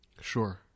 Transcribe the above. Sure